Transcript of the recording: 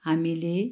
हामीले